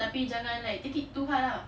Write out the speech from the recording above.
tapi jangan like take it too hard lah